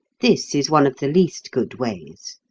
this is one of the least good ways.